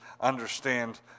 understand